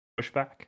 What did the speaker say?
pushback